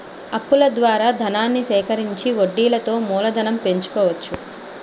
అప్పుల ద్వారా ధనాన్ని సేకరించి వడ్డీలతో మూలధనం పెంచుకోవచ్చు